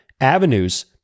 avenues